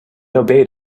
obeyed